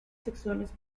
sexuales